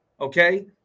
okay